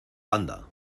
anda